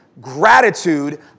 Gratitude